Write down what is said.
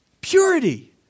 Purity